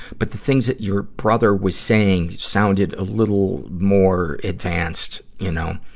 but things that your brother was saying sounded a little more advanced, you know.